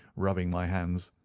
rubbing my hands.